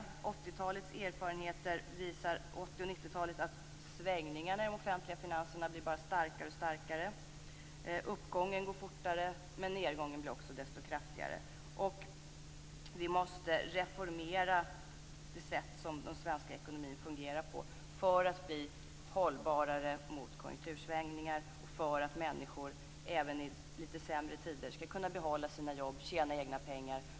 80 och 90-talens erfarenheter visar att svängningarna i de offentliga finanserna bara blir starkare och starkare. Uppgången går fortare, men nedgången blir desto kraftigare. Vi måste reformera det sätt som den svenska ekonomin fungerar på för att den skall bli hållbarare för konjunktursvängningar och för att människor även i lite sämre tider skall kunna behålla sina jobb och tjäna egna pengar.